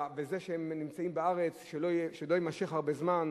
וזה שהם נמצאים בארץ, שלא יימשך הרבה זמן,